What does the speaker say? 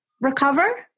recover